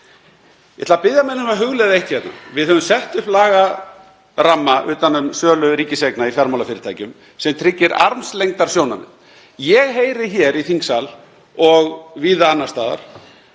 Ég ætla að biðja menn um að hugleiða eitt hérna. Við höfum sett upp lagaramma utan um sölu ríkiseigna í fjármálafyrirtækjum sem tryggir armslengdarsjónarmið. Ég heyri hér í þingsal og víða annars staðar